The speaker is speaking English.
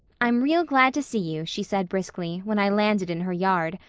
i'm real glad to see you she said briskly, when i landed in her yard.